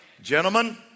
Gentlemen